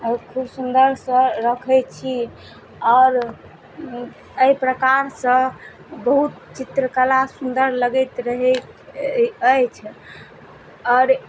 खूब सुन्दरसँ रखय छी आओर अइ प्रकारसँ बहुत चित्रकला सुन्दर लागैत रहय अछि आओर